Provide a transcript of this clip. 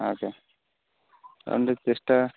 okay